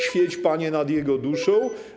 Świeć, Panie, nad jego duszą.